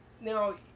Now